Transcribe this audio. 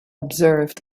observed